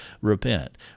repent